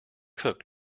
cook